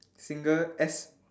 single S